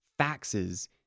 faxes